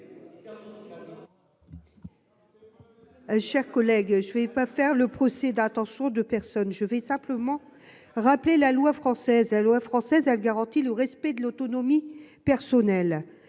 Chers collègues, je vais pas faire le procès d'intention de personne, je vais simplement rappeler la loi française, la loi française, elle garantit le respect de l'autonomie personnelle